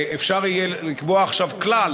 אפשר יהיה לקבוע עכשיו כלל,